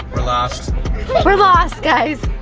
lost we're lost, guys,